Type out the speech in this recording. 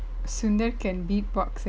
sundar can beatbox eh